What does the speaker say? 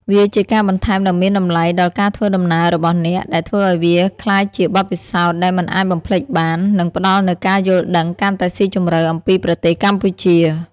វាជាការបន្ថែមដ៏មានតម្លៃដល់ការធ្វើដំណើររបស់អ្នក ដែលធ្វើឱ្យវាក្លាយជាបទពិសោធន៍ដែលមិនអាចបំភ្លេចបាន និងផ្តល់នូវការយល់ដឹងកាន់តែស៊ីជម្រៅអំពីប្រទេសកម្ពុជា។